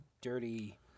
dirty